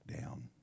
down